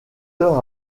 heures